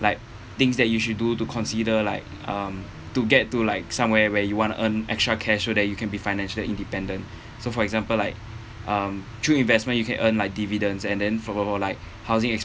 like things that you should do to consider like um to get to like somewhere where you want to earn extra cash so that you can be financially independent so for example like um through investment you can earn like dividends and then for for for like housing